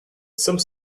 some